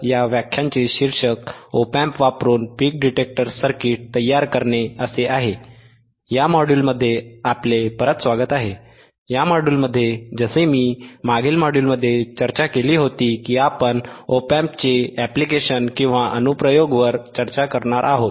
या मॉड्यूलमध्ये जसे मी मागील मॉड्यूलमध्ये चर्चा केली होती की आपण op amp च्या ऍप्लिकेशनअनुप्रयोगवर चर्चा करणार आहोत